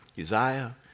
Uzziah